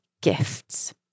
gifts